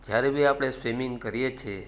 જ્યારે બી આપણે સ્વિમિંગ કરીએ છીએ